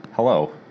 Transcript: Hello